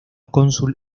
cónsul